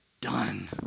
done